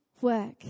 work